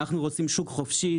אנחנו רוצים שוק חופשי,